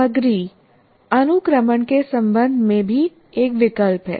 सामग्री अनुक्रमण के संबंध में भी एक विकल्प है